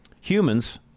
humans